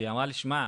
והיא אמרה לי "שמע,